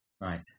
Right